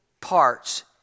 parts